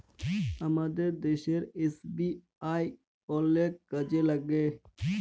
আমাদের দ্যাশের এস.বি.আই অলেক কাজে ল্যাইগে